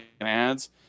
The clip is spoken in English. ads